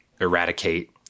eradicate